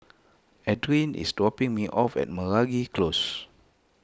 Adriene is dropping me off at Meragi Close